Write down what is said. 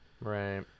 Right